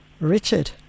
Richard